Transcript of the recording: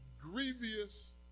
grievous